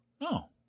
No